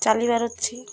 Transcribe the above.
ଚାଲିବାର ଅଛି